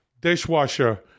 dishwasher